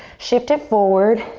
shift it forward,